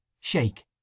Shake